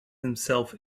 himself